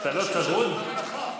אני רוצה להודות לאנשים שעסקו במלאכה.